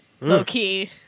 low-key